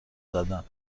زدن